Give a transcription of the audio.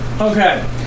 Okay